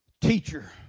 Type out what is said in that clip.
teacher